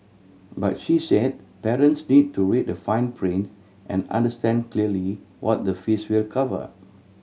but she said parents need to read the fine print and understand clearly what the fees will cover